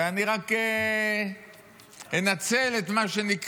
ואני רק אנצל את מה שנקרא,